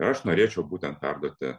aš norėčiau būtent perduoti